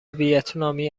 ویتنامی